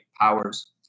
powers